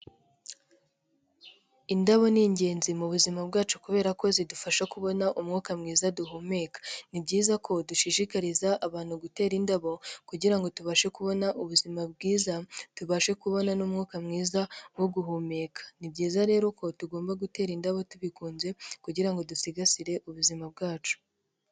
Indabo ni ingenzi mu buzima bwacu kubera ko zidufasha kubona umwuka mwiza duhumeka. Ni byiza ko dushishikariza abantu gutera indabo kugira ngo tubashe kubona ubuzima bwiza, tubashe kubona n'umwuka mwiza wo guhumeka. Ni byiza rero ko tugomba gutera indabo tubikunze kugira ngo dusigasire ubuzima bwacu.